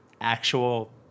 actual